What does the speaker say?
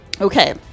okay